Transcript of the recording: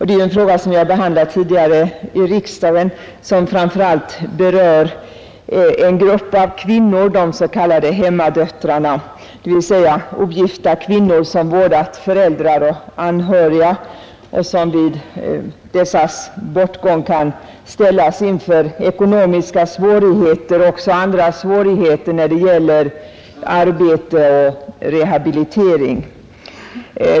Det är en fråga som har behandlats tidigare i riksdagen och som framför allt berör en grupp av kvinnor, de s.k. hemmadöttrarna, dvs. ogifta kvinnor som vårdat föräldrar och anhöriga och som vid dessas bortgång kan ställas inför ekonomiska svårigheter och även andra svårigheter när det gäller arbete och rehabilitering.